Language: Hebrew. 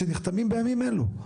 שנחתמים בימים אלו?